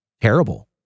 terrible